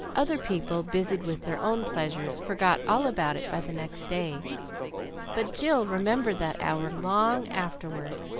other people, busied with their own pleasures, forgot all about it by the next day but jill remembered that hour long afterward,